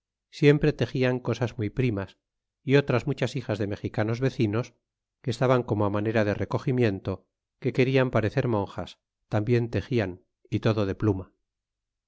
siempre texian cosas muy primas e otras muchas hijas de mexicanos vecinos que estaban como a manera de recogimiento que querian parecer monjas tambien texian y todo de pluma